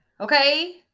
okay